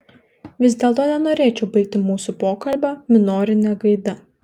vis dėlto nenorėčiau baigti mūsų pokalbio minorine gaida